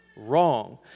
Wrong